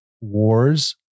wars